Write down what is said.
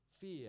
fear